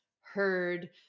heard